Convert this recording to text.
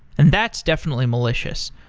and that's definitely malicious.